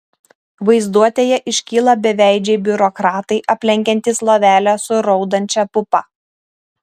vaizduotėje iškyla beveidžiai biurokratai aplenkiantys lovelę su raudančia pupa